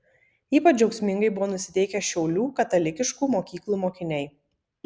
ypač džiaugsmingai buvo nusiteikę šiaulių katalikiškų mokyklų mokiniai